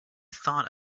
thought